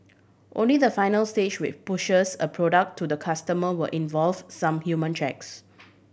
only the final stage which pushes a product to the customer will involve some human checks